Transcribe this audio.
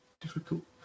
difficult